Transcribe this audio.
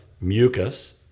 mucus